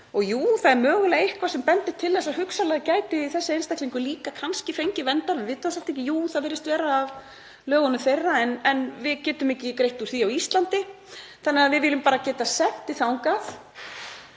og jú, það er mögulega eitthvað sem bendir til þess að hugsanlega gæti þessi einstaklingur líka kannski fengið vernd þar. Við vitum það samt ekki. Jú, það virðist vera af lögunum þeirra en við getum ekki greitt úr því á Íslandi þannig að við viljum bara geta sent þig þangað